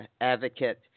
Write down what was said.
Advocate